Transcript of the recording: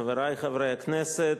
חברי חברי הכנסת,